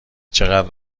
چقدر